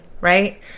right